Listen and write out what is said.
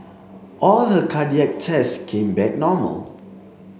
all her cardiac tests came back normal